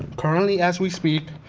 currently, as we speak,